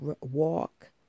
walk